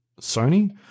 Sony